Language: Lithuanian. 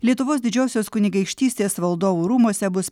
lietuvos didžiosios kunigaikštystės valdovų rūmuose bus